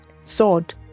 sword